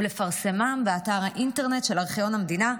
ולפרסמם באתר האינטרנט של ארכיון המדינה,